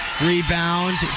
Rebound